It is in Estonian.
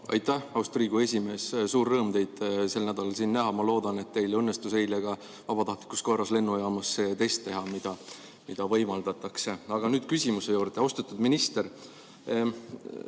Aitäh, austatud Riigikogu esimees! Suur rõõm teid sel nädalal siin näha. Ma loodan, et teil õnnestus eile vabatahtlikus korras lennujaamas ka see test teha, mida seal võimaldatakse. Aga nüüd küsimuse juurde. Austatud minister!